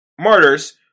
martyrs